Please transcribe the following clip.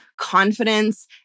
confidence